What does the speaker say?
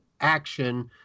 action